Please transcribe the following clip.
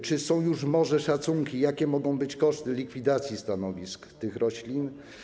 Czy są już może szacunki, jakie mogą być koszty likwidacji stanowisk tych roślin?